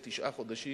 אחרי תשעה חודשים,